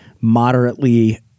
moderately